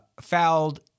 fouled